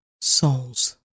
souls